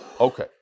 Okay